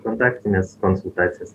kontaktines konsultacijas